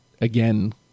again